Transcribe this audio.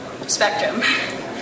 spectrum